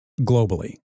globally